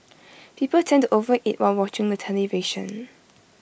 people tend to overeat while watching the television